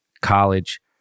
college